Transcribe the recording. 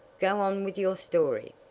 go on with your story.